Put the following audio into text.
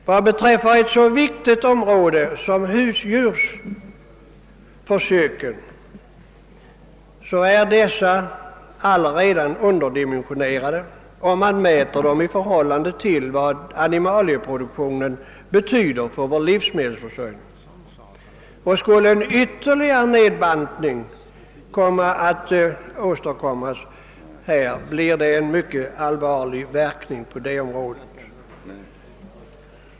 Vad beträffar ett så viktigt område som husdjursförsöken är dessa redan underdimensionerade, om man mäter dem i förhållande till vad animalieproduktionen betyder för vår livsmedelsförsörjning. Skulle en ytterligare nedbantning företas, blir det mycket allvarliga återverkningar på detta område.